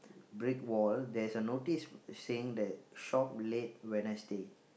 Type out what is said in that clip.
brick wall there's a notice showing that shop late Wednesday